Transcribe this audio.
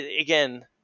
again